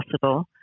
possible